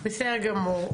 בסדר גמור,